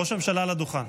ראש הממשלה על הדוכן.